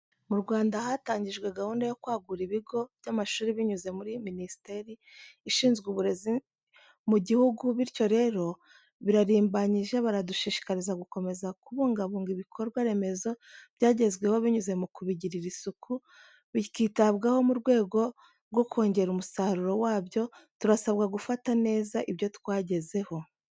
Mu Rwandan hatanjyijwe gahunda yo kwagura ibigo by'a mashuri binyuze mu ri minisiteri Ishinzwe uburezi mu'jyihugu bityo rero birarimbanyije baradushishikariza gukomeza kubungabunga ibikorwa remezo bya jyenzweho binyuze mukubijyirira Isuku bicyitabwaho murwego rwukojyera umusarura wabyo turasabwa gufata neza ibyo twajyezeho.